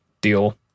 deal